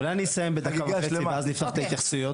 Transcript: אולי אני אסיים בדקה וחצי ואז נפתח את ההתייחסויות.